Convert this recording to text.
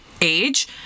age